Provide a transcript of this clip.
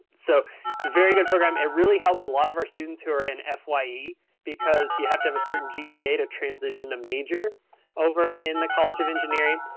so it's a very good program. it really helps a lot of our students who are in fye because you have to have a certain gpa to transition to major over in the college of engineering.